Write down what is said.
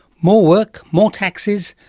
more work, more taxes,